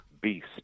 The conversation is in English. beast